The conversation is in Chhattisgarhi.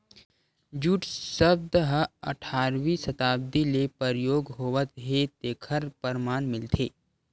जूट सब्द ह अठारवी सताब्दी ले परयोग होवत हे तेखर परमान मिलथे